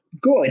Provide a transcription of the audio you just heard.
good